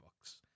books